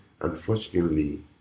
unfortunately